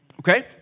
okay